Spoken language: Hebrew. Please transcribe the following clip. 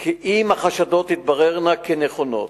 כי אם החשדות יתבררו כנכונים,